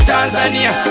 Tanzania